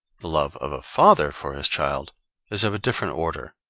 love of a father for his child is of a different order,